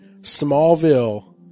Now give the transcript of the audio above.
Smallville